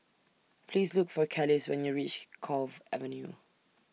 Please Look For Kelis when YOU REACH Cove Avenue